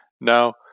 Now